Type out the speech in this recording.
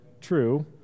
true